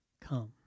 come